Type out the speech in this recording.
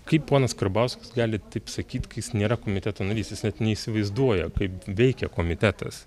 kaip ponas karbauskis gali taip sakyti kai jis nėra komiteto narys jis net neįsivaizduoja kaip veikia komitetas